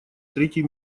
третий